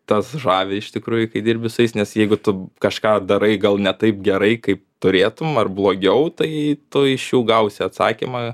tas žavi iš tikrųjų kai dirbi su jais nes jeigu tu kažką darai gal ne taip gerai kaip turėtum ar blogiau tai tu iš jų gausi atsakymą